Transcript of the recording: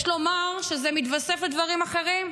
יש לומר שזה מתווסף לדברים אחרים,